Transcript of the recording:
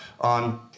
on